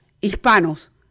hispanos